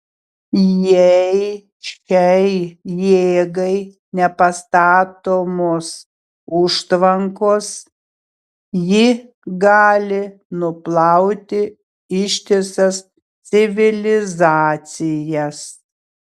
jei šiai jėgai nepastatomos užtvankos ji gali nuplauti ištisas civilizacijas